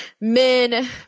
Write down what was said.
men